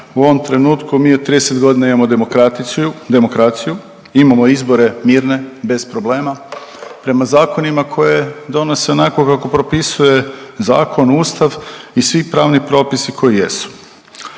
u ovom trenutku mi od trideset godina imamo demokraciju, imamo izbore mirne, bez problema prema zakonima koje donose onako kako propisuje zakon, Ustav i svi pravni propisi koji jesu.